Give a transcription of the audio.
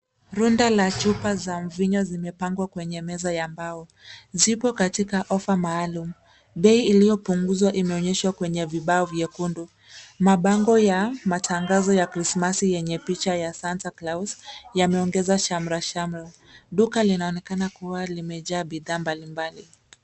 Runda la chupa za mvinyo zimepangwa kwenye meza ya mbao. Zipo katika ofa maalum. Bei iliyopunguzwa imeonyeshwa kwenye vibao vyekundu. Mabango ya matangazo ya krismasi yenye picha ya Santa Claus yameongeza shamra shamra. Duka linaonekana kuwa limejaa bidhaa mbalimbali.